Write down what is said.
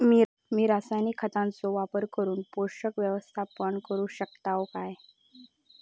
मी रासायनिक खतांचो वापर करून पोषक व्यवस्थापन करू शकताव काय?